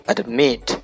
Admit